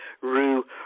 rue